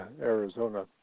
Arizona